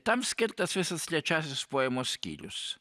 tam skirtas visas trečiasis poemos skyrius